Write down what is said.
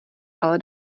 ale